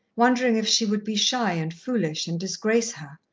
wondering if she would be shy and foolish, and disgrace her,